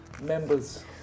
members